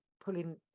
pulling